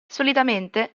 solitamente